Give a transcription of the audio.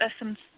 essence